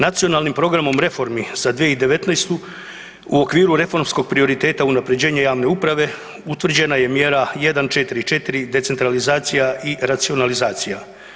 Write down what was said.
Nacionalnim programom reformi za 2019. u okviru reformskog prioriteta unapređenja javne uprave utvrđena je mjera 144 decentralizacija i racionalizacija.